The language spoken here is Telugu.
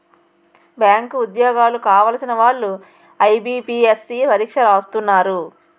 బ్యాంకు ఉద్యోగాలు కావలసిన వాళ్లు ఐబీపీఎస్సీ పరీక్ష రాస్తున్నారు